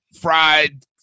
fried